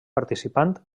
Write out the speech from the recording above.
participant